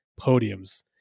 podiums